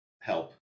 help